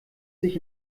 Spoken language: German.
sich